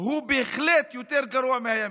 הוא בהחלט יותר גרוע מהימין,